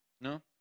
No